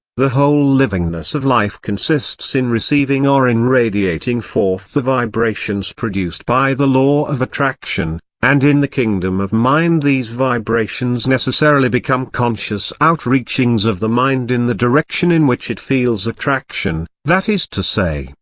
the whole livingness of life consists in receiving or in radiating forth the vibrations produced by the law of attraction and in the kingdom of mind these vibrations necessarily become conscious out-reachings of the mind in the direction in which it feels attraction that is to say,